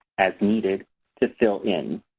as needed to fill in.